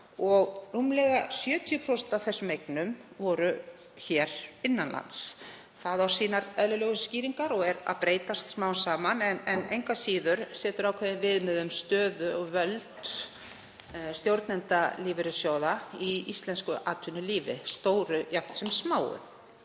og rúmlega 70% af þeim eignum voru innan lands. Það á sínar eðlilegu skýringar og er að breytast smám saman en setur engu að síður ákveðin viðmið um stöðu og völd stjórnenda lífeyrissjóða í íslensku atvinnulífi, stóru jafnt sem smáu.